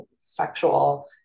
sexual